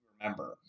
remember